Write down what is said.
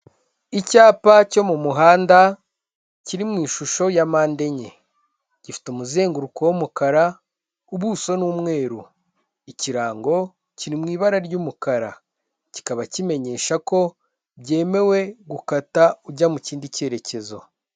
Icyapa cyo mu muhanda kiri mu ishusho ya mpade enye, gifite umuzenguruko w'umukara, ubuso ni umweru, ikirango kiri mu ibara ry'umukara, kikaba kimenyesha ko byemewe gukata ujya mu kindi cyerekezo.